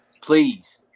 Please